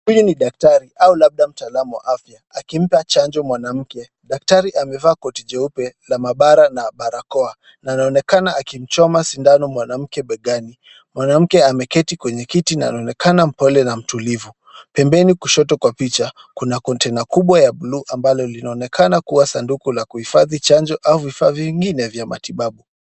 Huyu ni daktari au labda mtaalamu wa afya akimpa chanjo mwanamke. Daktari amevaa koti jeupe la maabara na barakoa na anaonekana akimchoma sindano mwanamke begani. Mwanamke ameketi kwenye kiti na anaonekana mpole na mtulivu. Pembeni kushoto kwa picha kuna konteina kubwa ya blue ambalo linaonekana kuwa sanduku la kuhifadhi chanjo au vifaa vingine vya matibabu.